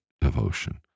devotion